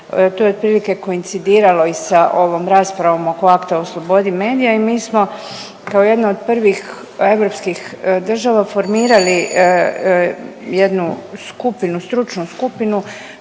To je otprilike koincidiralo i sa ovom raspravom oko akta o slobodi medija i mi smo kao jedna od prvih europskih država formirali jednu skupinu, stručnu skupinu